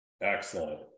Excellent